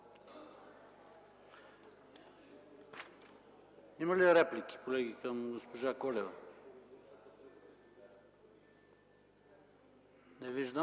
Има ли реплики, колеги, към госпожа Колева? Не виждам.